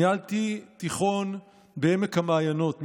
ניהלתי תיכון בעמק המעיינות,